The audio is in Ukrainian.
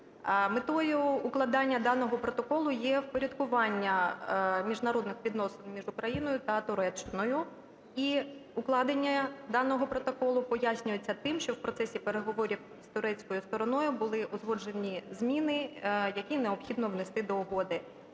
Метою укладання даного протоколу є упорядкування міжнародних відносин між Україною та Туреччиною. І укладення даного проколу пояснюється тим, що в процесі переговорів з турецькою стороною були узгоджені зміни, які необхідно внести до Угоди.